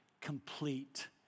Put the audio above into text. complete